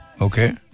Okay